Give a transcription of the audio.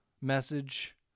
message